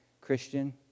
Christian